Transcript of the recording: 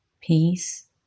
peace